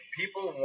people